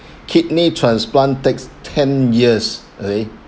kidney transplant takes ten years eh